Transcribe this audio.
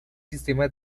sistema